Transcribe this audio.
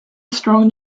strong